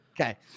Okay